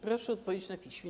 Proszę odpowiedzieć na piśmie.